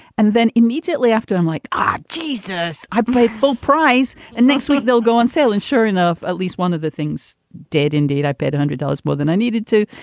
and then immediately after i'm like, ah jesus, i pay full price and next week they'll go on sale. and sure enough, at least one of the things did indeed i paid a hundred dollars more than i needed to.